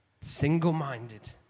Single-minded